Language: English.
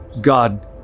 God